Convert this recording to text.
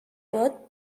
good